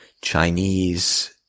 Chinese